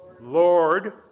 Lord